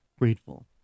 grateful